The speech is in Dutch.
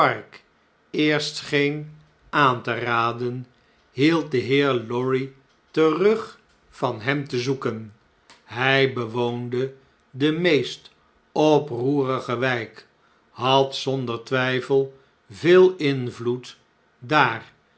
eerst scheen aan te raden hield den heer lorry terug van hemte zoeken hij bewoonde de meest oproerige wjjk had zonder twjjfel veel invloed daar